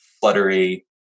fluttery